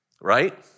right